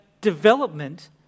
development